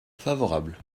favorable